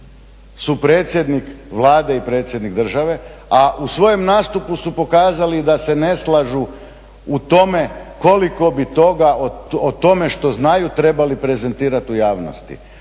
su predsjednik Vlade i predsjednik države a u svojem nastupu su pokazali da se ne slažu u tome koliko bi toga o tome što znaju trebali prezentirati u javnosti,